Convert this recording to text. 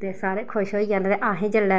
ते सारे खुश होई जंदे ते अस जेल्लै